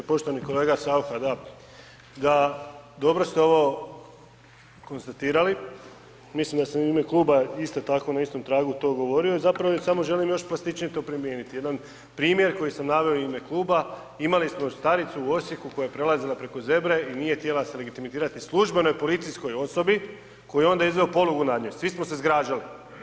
Poštovani kolega Saucha, da, dobro ste ovo konstatirali, mislim da ste u ime kluba isto tako na istom tragu to govorili, zapravo samo želim još plastičnije to primijeniti, jedan primjer koji sam naveo u ime kluba, imali smo staricu u Osijeku koja je prelazila preko zebre i nije se htjela legitimirati službenoj policijskoj osobi koja je onda izveo polugu nad njom, svi smo se zgražali.